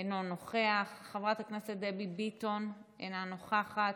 אינו נוכח, חברת הכנסת דבי ביטון, אינה נוכחת,